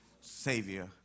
Savior